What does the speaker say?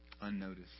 Unnoticed